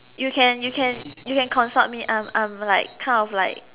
you can you can you can consult me I'm I'm like kind of like